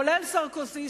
לרבות סרקוזי,